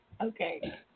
Okay